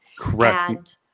Correct